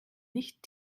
nicht